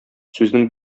сүзнең